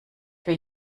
für